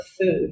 food